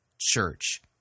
church